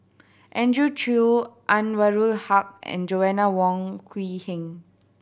Andrew Chew Anwarul Haque and Joanna Wong Quee Heng